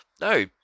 No